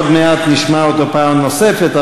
שעוד מעט נשמע אותו פעם נוספת,